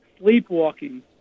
sleepwalking